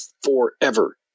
forever